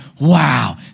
wow